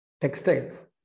Textiles